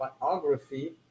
biography